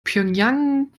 pjöngjang